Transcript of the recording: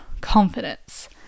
confidence